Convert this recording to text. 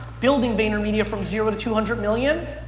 building vaynermedia from zero to two hundred million.